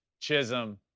Chisholm